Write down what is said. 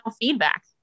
feedback